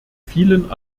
vielen